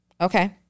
Okay